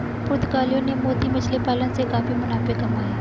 पुर्तगालियों ने मोती मछली पालन से काफी मुनाफे कमाए